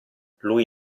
lui